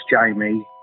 Jamie